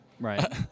Right